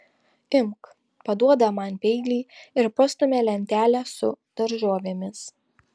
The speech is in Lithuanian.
imk paduoda man peilį ir pastumia lentelę su daržovėmis